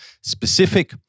specific